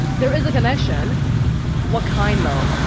there is a connection what kind, though?